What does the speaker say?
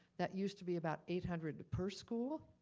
that used to be about eight hundred per school.